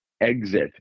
exit